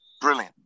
brilliant